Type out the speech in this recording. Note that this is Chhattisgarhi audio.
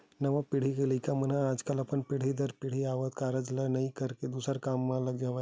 नवा पीढ़ी के लइका मन ह आजकल अपन पीढ़ी दर पीढ़ी आवत कारज ल नइ करके दूसर काम म लगे हवय